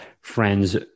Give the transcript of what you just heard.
friends